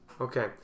Okay